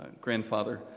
grandfather